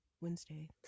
Wednesday